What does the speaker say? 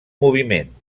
moviment